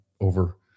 over